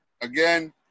Again